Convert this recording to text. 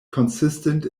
consistent